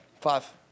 five